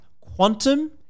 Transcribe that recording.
quantum